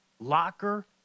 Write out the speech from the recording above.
locker